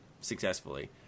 successfully